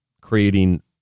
creating